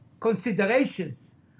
Considerations